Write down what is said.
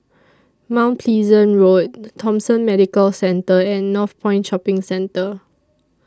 Mount Pleasant Road Thomson Medical Centre and Northpoint Shopping Centre